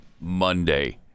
monday